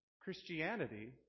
Christianity